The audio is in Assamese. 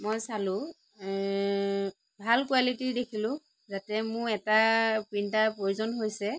মই চালোঁ ভাল কোৱালিটী দেখিলোঁ যাতে মোৰ এটা প্ৰিন্টাৰৰ প্ৰয়োজন হৈছে